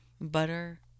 Butter